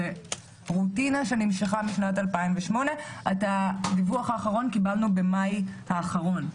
זו רוטינה שנמשכה משנת 2008. את הדיווח האחרון קיבלנו במאי האחרון.